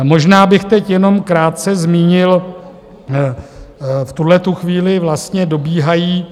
Možná bych teď jenom krátce zmínil, v tuhle chvíli vlastně dobíhají.